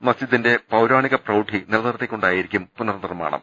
മസ്ജി ദിന്റെ പൌരാണിക പ്രൌഢി നിലനിർത്തിക്കൊണ്ടായിരിക്കും പുനർ നിർമ്മാണം